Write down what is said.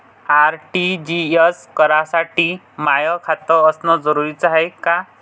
RTGS करासाठी माय खात असनं जरुरीच हाय का?